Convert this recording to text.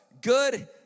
good